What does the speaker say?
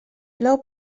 plou